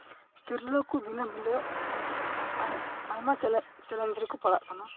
ᱛᱤᱨᱞᱟᱹ ᱠᱚ ᱫᱤᱱᱟᱹᱢ ᱦᱤᱞᱳᱜ ᱟᱭᱢᱟ ᱪᱮᱞᱮᱧᱡᱽ ᱨᱮᱠᱚ ᱯᱟᱲᱟᱜ ᱠᱟᱱᱟ